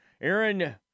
Aaron